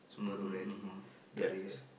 Subaru rarely the race